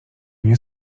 nie